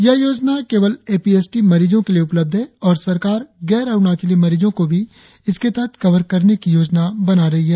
यह योजना केवल ए पी एस टी मरीजो के लिए उपलब्ध है और सरकार गैर अरुणाचली मरीजो को भी इसके तहत कवर करने की योजना बना रही है